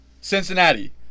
Cincinnati